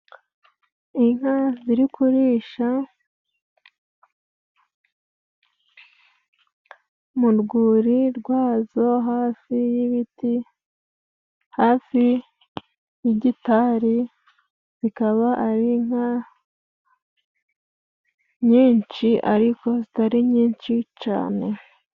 Inka ziri kurisha mu rwuri rwazo hafi y'ibiti ,hafi y'igitari zikaba ari inka nyinshi ariko zitari nyinshi cane.